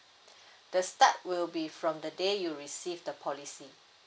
the start will be from the day you receive the policy